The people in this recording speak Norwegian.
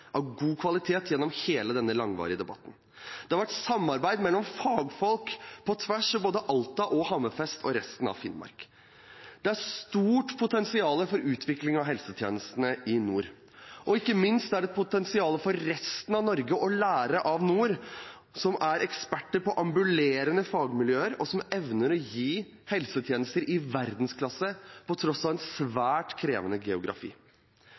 av god kvalitet til innbyggerne i Finnmark gjennom hele denne langvarige debatten. Det har vært samarbeid på tvers mellom fagfolk, både i Alta, i Hammerfest og i resten av Finnmark. Det er et stort potensial for utvikling av helsetjenestene i nord, og ikke minst er det et potensial for resten av Norge å lære av dem i nord, som er eksperter på ambulerende fagmiljøer, og som evner å gi helsetjenester i verdensklasse på tross av en svært krevende geografi.